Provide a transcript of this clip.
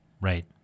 Right